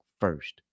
first